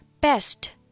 Best